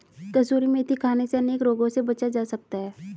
कसूरी मेथी खाने से अनेक रोगों से बचा जा सकता है